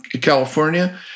California